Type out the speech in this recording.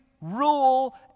rule